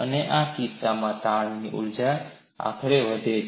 અને આ કિસ્સામાં તાણની ઊર્જા આખરે વધે છે